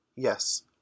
Yes